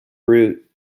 route